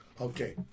Okay